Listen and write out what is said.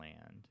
land